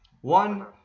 One